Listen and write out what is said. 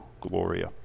gloria